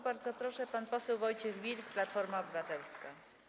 Bardzo proszę, pan poseł Wojciech Wilk, Platforma Obywatelska.